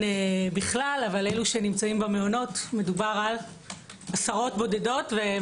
בכלל אבל אלה שנמצאים במעונות מדובר בעשרות בודדות.